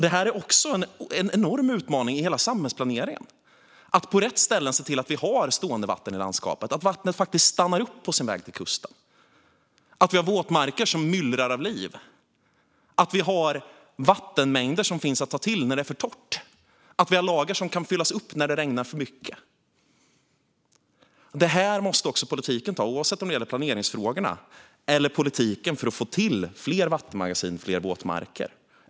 Det är en enorm utmaning i hela samhällsplaneringen att se till att vi har stående vatten i landskapet på rätt ställen, att vattnet faktiskt stannar upp på sin väg mot kusten, att vi har våtmarker som myllrar av liv, att vi har vattenmängder som finns att ta till när det är för torrt och att vi har lager som kan fyllas upp när det regnar för mycket. Också politiken måste ta tag i detta, oavsett om det gäller planeringsfrågorna eller politiken för att få till fler vattenmagasin och fler våtmarker.